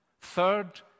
Third